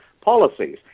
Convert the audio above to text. policies